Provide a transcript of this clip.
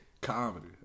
Comedy